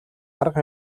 арга